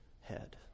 head